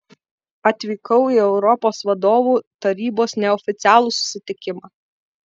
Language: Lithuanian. atvykau į europos vadovų tarybos neoficialų susitikimą